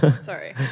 Sorry